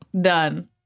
Done